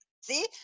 see